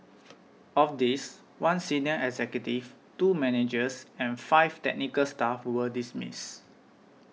of these one senior executive two managers and five technical staff were dismissed